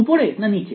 উপরে না নিচে